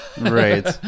right